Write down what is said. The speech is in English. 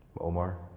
Omar